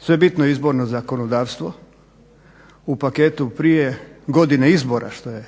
sve bitno izborno zakonodavstvo u paketu prije godine izbora što je